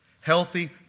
Healthy